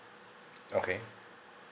okay